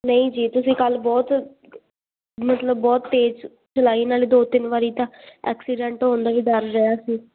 ਨਹੀਂ ਜੀ ਤੁਸੀਂ ਕੱਲ੍ਹ ਬਹੁਤ ਮਤਲਬ ਬਹੁਤ ਤੇਜ਼ ਚਲਾਈ ਨਾਲੇ ਦੋ ਤਿੰਨ ਵਾਰ ਤਾਂ ਐਕਸੀਡੈਂਟ ਹੋਣ ਦਾ ਹੀ ਡਰ ਰਿਹਾ ਸੀ